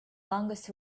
longest